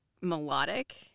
melodic